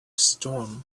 storm